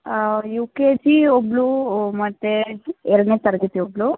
you K G ಒಬ್ಬಳು ಮತ್ತು ಎರಡನೇ ತರಗತಿ ಒಬ್ಬಳು